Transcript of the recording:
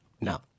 No